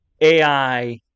AI